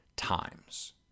times